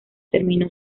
terminó